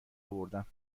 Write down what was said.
اوردم